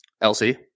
Elsie